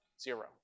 Zero